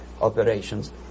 operations